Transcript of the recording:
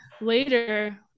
later